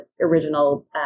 original